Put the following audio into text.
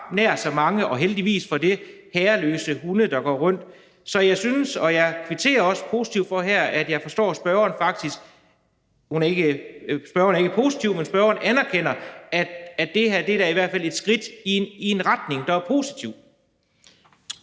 nær så mange – og heldigvis for det – herreløse hunde, der går rundt. Så jeg kvitterer også positivt her, for jeg forstår, at ordføreren ikke er positiv, men anerkender, at det her da i hvert fald er et skridt i en retning, der er positiv.